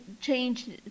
changed